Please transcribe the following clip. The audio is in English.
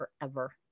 forever